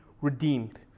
redeemed